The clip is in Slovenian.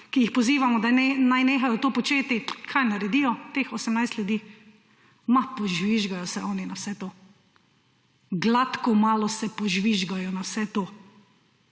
ki jih pozivamo, da naj nehajo to početi. Kaj naredijo teh 18 ljudi? Ma požvižgajo se oni na vse to. Gladko malo se požvižgajo na vse to.